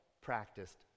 practiced